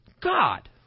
God